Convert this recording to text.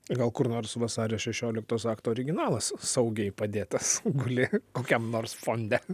gal kur nors vasario šešioliktos akto originalas saugiai padėtas guli kokiam nors fonde